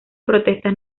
protestas